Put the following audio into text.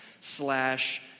slash